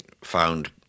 found